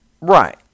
Right